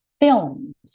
films